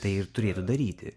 tai ir turėtų daryti